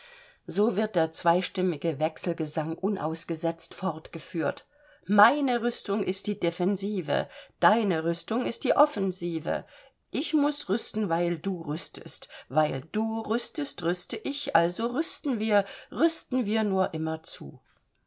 so wird der zweistimmige wechselgesang unausgesetzt fortgeführt meine rüstung ist die defensive deine rüstung ist die offensive ich muß rüsten weil du rüstest weil du rüstest rüste ich also rüsten wir rüsten wir nur immer zu